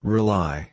Rely